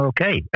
Okay